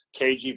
KG